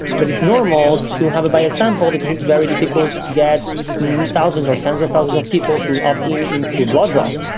but it's normal to have a bias sample because it's very difficult to get thousands or tens of thousands of people to opting into a blood draw.